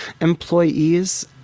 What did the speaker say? employees